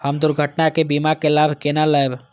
हम दुर्घटना के बीमा के लाभ केना लैब?